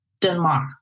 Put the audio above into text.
Denmark